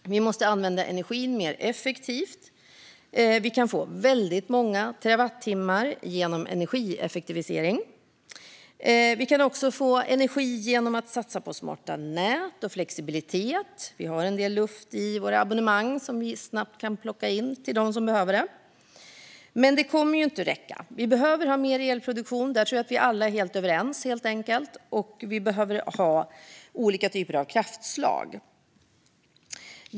Vi måste använda energin mer effektivt - vi kan få väldigt många terawattimmar genom energieffektivisering. Vi kan också få energi genom att satsa på smarta nät och flexibilitet. Vi har en del luft i våra abonnemang som vi snabbt kan plocka in till dem som behöver det. Men det kommer inte att räcka. Vi behöver ha mer elproduktion. Där tror jag att vi alla är helt överens. Vi behöver också ha olika typer av kraftslag.